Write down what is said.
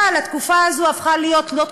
אבל התקופה הזאת הפכה להיות לא זמנית,